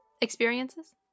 Experiences